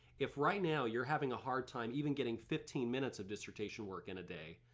if right now you're having a hard time even getting fifteen minutes of dissertation work in a day,